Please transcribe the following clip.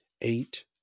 eight